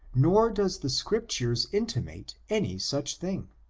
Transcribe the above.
nor does the scriptures inti mate any such thing.